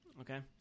Okay